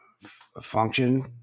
function